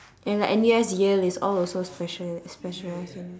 and like N_U_S yale it's all also special~ specialized uni